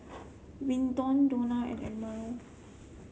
Vinton Donna and Admiral